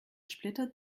splitter